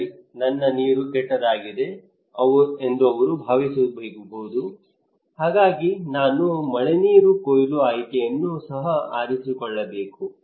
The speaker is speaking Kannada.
ಸರಿ ನನ್ನ ನೀರು ಕೆಟ್ಟದಾಗಿದೆ ಎಂದು ಅವರು ಭಾವಿಸಬಹುದು ಹಾಗಾಗಿ ನಾನು ಮಳೆನೀರು ಕೊಯ್ಲು ಆಯ್ಕೆಯನ್ನು ಸಹ ಆರಿಸಿಕೊಳ್ಳಬೇಕು